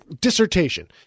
dissertation